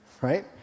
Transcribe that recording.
right